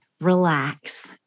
relax